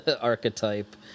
archetype